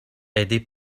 aidé